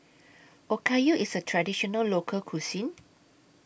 Okayu IS A Traditional Local Cuisine